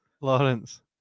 Lawrence